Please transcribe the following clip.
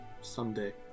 someday